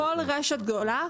כל רשת גדולה,